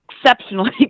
exceptionally